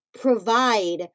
provide